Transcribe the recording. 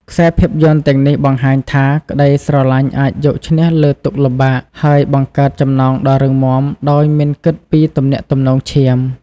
ខ្សែភាពយន្តទាំងនេះបង្ហាញថា ក្ដីស្រឡាញ់អាចយកឈ្នះលើទុក្ខលំបាក ហើយបង្កើតចំណងដ៏រឹងមាំដោយមិនគិតពីទំនាក់ទំនងឈាម។